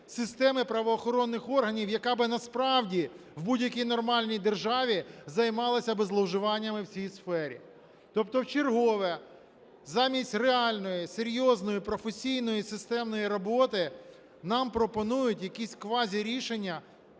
системи правоохоронних органів, яка би насправді в будь-який нормальній державі займалася би зловживаннями в цій сфері. Тобто в чергове замість реальної, серйозної, професійної, системної роботи нам пропонують якісь квазірішення,